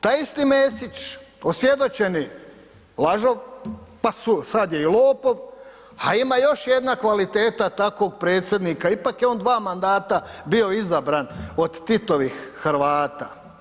Taj isti Mesić, osvjedočeni lažov, pa sad je i lopov, a ima još jedna kvaliteta takvog Predsjednika, ipak je on dva mandata bio izabran od Titovih Hrvata.